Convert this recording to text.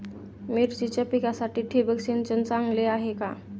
मिरचीच्या पिकासाठी ठिबक सिंचन चांगले आहे का?